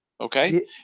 Okay